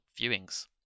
viewings